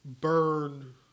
burn